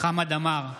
חמד עמאר,